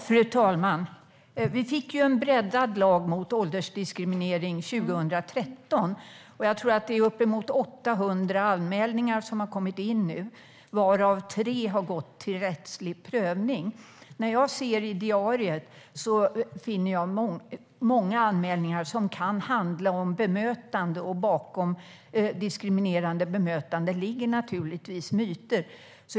Fru talman! Vi fick 2013 en breddad lag mot åldersdiskriminering. Det är uppemot 800 anmälningar som nu har kommit in varav tre har gått till rättslig prövning. När jag ser i diariet finner jag många anmälningar som kan handla om bemötande. Bakom diskriminerande bemötande ligger naturligtvis myter.